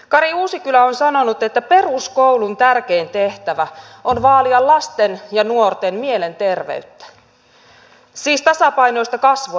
kari uusikylä on sanonut että peruskoulun tärkein tehtävä on vaalia lasten ja nuorten mielenterveyttä siis tasapainoista kasvua ja kehitystä